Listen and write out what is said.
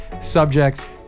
subjects